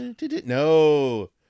No